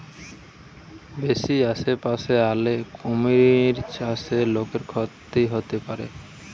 বেশি আশেপাশে আলে কুমির চাষে লোকর ক্ষতি হতে পারে